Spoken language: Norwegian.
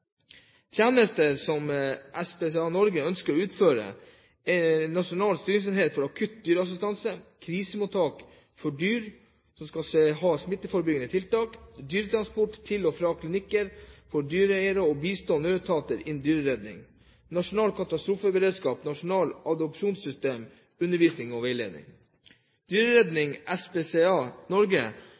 tjenester som krisemottak for dyr, som skal ha smitteforebyggende tiltak. De ønsker å utføre tjenester som dyretransport til og fra klinikker for dyreeiere og å bistå nødetater innen dyreredning. De ønsker også en nasjonal katastrofeberedskap, et nasjonalt adopsjonssystem og tjenester som undervisning og veiledning. SPCA Norge